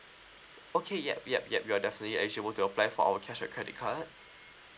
okay yup yup yup you are definitely eligible to apply for our cashback credit card